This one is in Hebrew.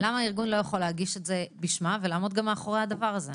למה הארגון לא יכול להגיש את זה בשמה ולעמוד גם מאחורי הדבר הזה?